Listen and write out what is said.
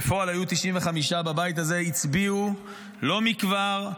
בפועל היו 95 בבית הזה, הצביעו לא מכבר,